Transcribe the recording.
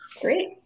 great